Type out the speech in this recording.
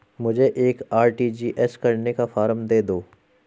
मुझे एक आर.टी.जी.एस करने का फारम दे दो?